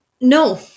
No